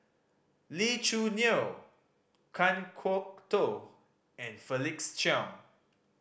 Lee Choo Neo Kan Kwok Toh and Felix Cheong